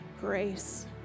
grace